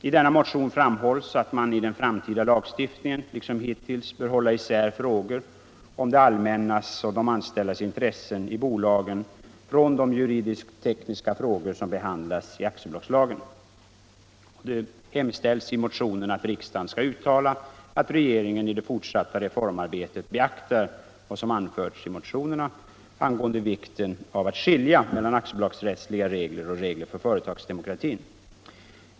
I denna motion framhålls det angelägna i ”att man i en framtida lagstiftning, liksom hittills, håller isär frågor om det allmännas och de anställdas intressen i bolagen från de juridiskt-tekniska frågorna, vilka behandlas i aktiebolagslagen”. I motionen hemställs ”att riksdagen ——-— uttalar att regeringen vid det fortsatta reformarbetet beaktar vad i motionen anförts ——— angående vikten att skilja mellan aktiebolagsrättsliga regler och regler för s.k. företagsdemokrati”.